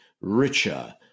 richer